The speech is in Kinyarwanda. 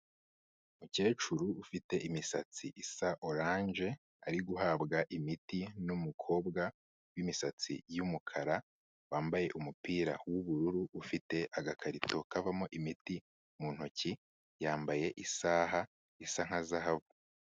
Umukecuru ufite imisatsi isa oranje, ari guhabwa imiti n'umukobwa w'imisatsi y'umukara, wambaye umupira w'ubururu ufite agakarito kavamo imiti mu ntoki, yambaye isaha isa nka zahabu.